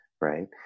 Right